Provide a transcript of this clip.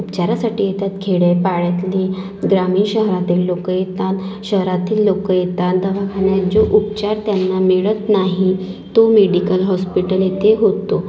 उपचारासाठी येतात खेड्यापाड्यातली ग्रामीण शहरातील लोक येतात शहरातील लोक येतात दवाखान्यात जो उपचार त्यांना मिळत नाही तो मेडिकल हॉस्पिटल येथे होतो